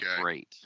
great